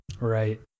Right